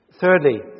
Thirdly